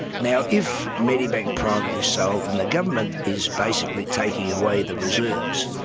now if medibank private is sold and the government is basically taking away the reserves,